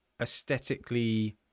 aesthetically